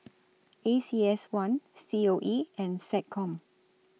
A C S one C O E and Seccom